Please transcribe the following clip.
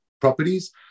properties